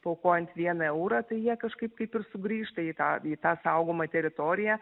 paaukojant vieną eurą tai jie kažkaip kaip ir sugrįžta į tą į tą saugomą teritoriją